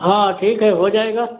हाँ ठीक है हो जाएगा